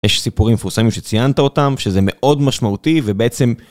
יש סיפורים פרוסמיים שציינת אותם, שזה מאוד משמעותי, ובעצם...